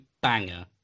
banger